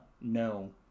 no